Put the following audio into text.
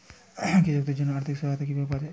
কৃষকদের জন্য আর্থিক সহায়তা কিভাবে পাওয়া য়ায়?